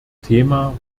thema